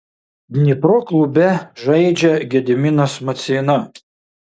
dnipro klube žaidžia gediminas maceina